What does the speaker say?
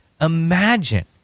Imagine